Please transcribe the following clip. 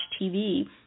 TV